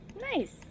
Nice